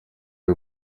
iyo